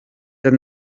the